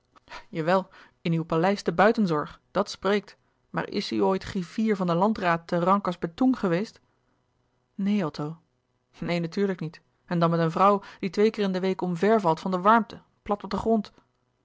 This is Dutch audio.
jawel in uw paleis te buitenzorg dat spreekt maar is u ooit griffier van den landraad te rankas betoeng geweest neen otto neen natuurlijk niet en dan met een vrouw die twee keer in de week omver valt van de warmte plat op den grond